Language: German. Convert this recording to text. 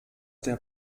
der